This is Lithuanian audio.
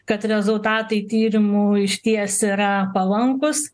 kad rezultatai tyrimų išties yra palankūs